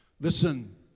Listen